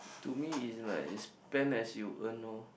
to me it's like is spend as you earn orh